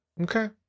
Okay